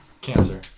Cancer